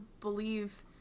believe